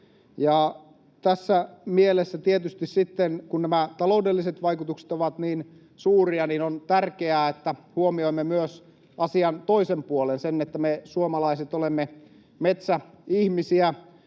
Tässä mielessä tietysti sitten, kun nämä taloudelliset vaikutukset ovat niin suuria, on tärkeää, että huomioimme myös asian toisen puolen, sen, että me suomalaiset olemme metsäihmisiä.